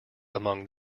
among